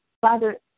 Father